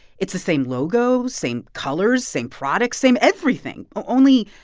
it's the same logo, same colors, same products, same everything. only,